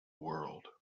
world